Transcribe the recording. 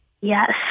Yes